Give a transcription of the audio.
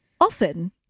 Often